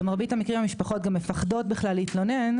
המרבית המקרים המשפחות גם מפחדות בכלל להתלונן,